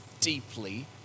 deeply